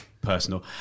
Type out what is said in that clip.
personal